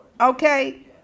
okay